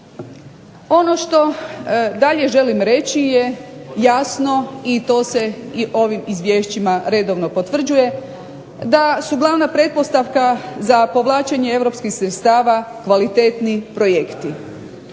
Ono što dalje želim reći je jasno i to se i ovim izvješćima redovno potvrđuje da su glavna pretpostavka za povlačenje europskih sredstava kvalitetni projekti.